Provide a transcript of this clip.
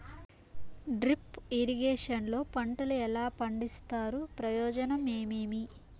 Drip irrigation లో పంటలు ఎలా పండిస్తారు ప్రయోజనం ఏమేమి?